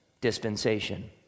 dispensation